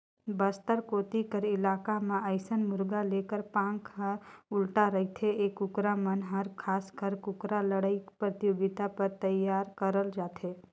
बस्तर कोती कर इलाका म अइसन मुरगा लेखर पांख ह उल्टा रहिथे ए कुकरा मन हर खासकर कुकरा लड़ई परतियोगिता बर तइयार करल जाथे